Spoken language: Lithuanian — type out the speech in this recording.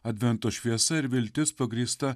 advento šviesa ir viltis pagrįsta